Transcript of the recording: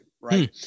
right